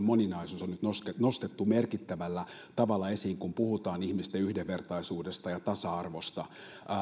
moninaisuus on nyt nostettu merkittävällä tavalla esiin kun puhutaan ihmisten yhdenvertaisuudesta ja tasa arvosta